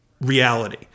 reality